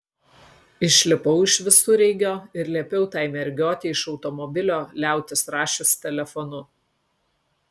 išlipau iš visureigio ir liepiau tai mergiotei iš automobilio liautis rašius telefonu